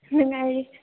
ꯅꯨꯨꯡꯉꯥꯏꯔꯤ